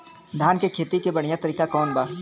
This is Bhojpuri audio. धान के खेती के बढ़ियां तरीका कवन बा?